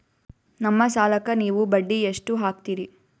ನಮ್ಮ ಸಾಲಕ್ಕ ನೀವು ಬಡ್ಡಿ ಎಷ್ಟು ಹಾಕ್ತಿರಿ?